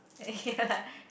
ya